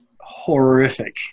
horrific